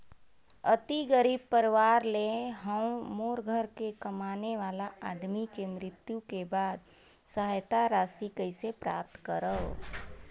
अति गरीब परवार ले हवं मोर घर के कमाने वाला आदमी के मृत्यु के बाद सहायता राशि कइसे प्राप्त करव?